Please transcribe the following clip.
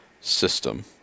system